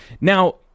now